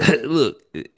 Look